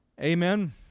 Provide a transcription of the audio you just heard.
Amen